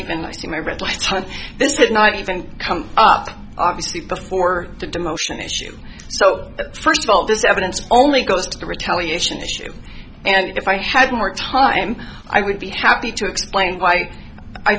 even i see my read last time this did not even come up obviously before the demotion issue so first of all this evidence only goes to the retaliation issue and if i had more time i would be happy to explain why i